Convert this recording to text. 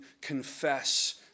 confess